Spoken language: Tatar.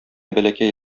бәләкәй